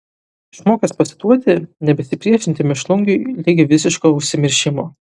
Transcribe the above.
išmokęs pasiduoti nebesipriešinti mėšlungiui ligi visiško užsimiršimo